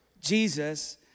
Jesus